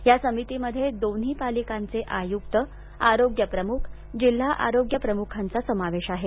या समितीमध्ये दोन्ही पालिकांचे आयुक्त आरोग्य प्रमुख जिल्हा आरोग्यप्रमुखांचा समावेश आहे